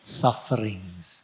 sufferings